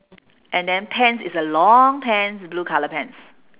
and then pants is a long pants blue colour pants